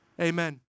Amen